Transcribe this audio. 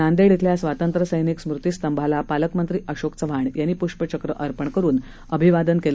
नांदेड थेल्या स्वातंत्र्य सैनिक स्मृती स्तंभाला पालकमंत्री अशोक चव्हाण यांनी पुष्पचक्र अर्पण करून अभिवादन केलं